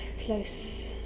close